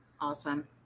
awesome